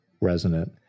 resonant